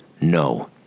no